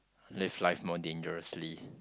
live life more dangerously